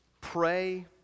pray